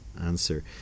answer